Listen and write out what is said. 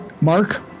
Mark